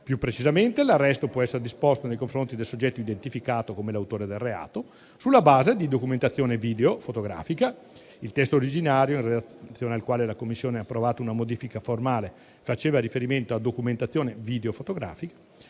Più precisamente, l'arresto può essere disposto nei confronti del soggetto identificato come l'autore del reato sulla base di documentazione videofotografica - il testo originario, in relazione al quale la Commissione ha approvato una modifica formale, faceva riferimento a documentazione video-fotografica